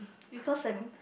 because um